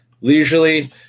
leisurely